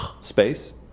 Space